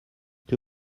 que